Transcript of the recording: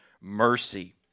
mercy